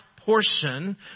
portion